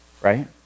right